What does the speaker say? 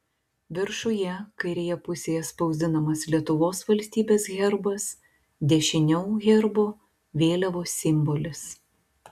viršuje kairėje pusėje spausdinamas lietuvos valstybės herbas dešiniau herbo vėliavos simbolis